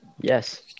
Yes